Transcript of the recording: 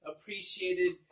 appreciated